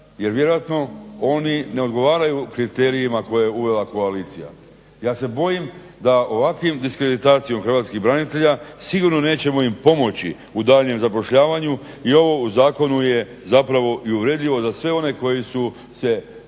jer vjerojatno oni ne odgovaraju kriterijima koje je uvela koalicija. Ja se bojim da ovakvim diskreditacijom hrvatskih branitelja sigurno nećemo im pomoći u daljnjem zapošljavanju i ovo u zakonu je zapravo i uvredljivo za sve one koji su se